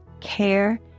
care